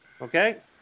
Okay